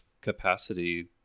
capacity